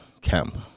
camp